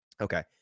Okay